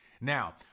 Now